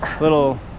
little